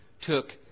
took